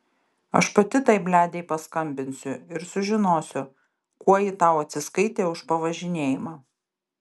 aš pati tai bledei paskambinsiu ir sužinosiu kuo ji tau atsiskaitė už pavažinėjimą